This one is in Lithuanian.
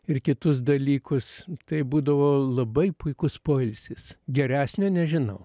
ir kitus dalykus tai būdavo labai puikus poilsis geresnio nežinau